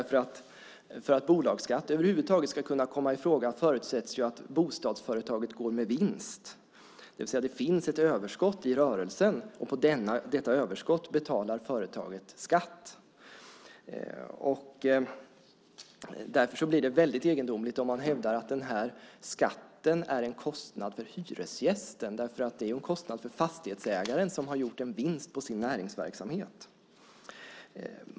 För att bolagsskatt över huvud taget ska komma i fråga förutsätts att bostadsföretaget går med vinst, det vill säga att det finns ett överskott i rörelsen. På detta överskott betalar företaget skatt. Därför blir det väldigt egendomligt om man hävdar att den skatten är en kostnad för hyresgästen. Det är en kostnad för fastighetsägaren som har gjort en vinst på sin näringsverksamhet.